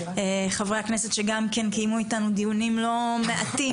חברי הכנסת שגם כן קיימו איתנו דיונים לא מעטים,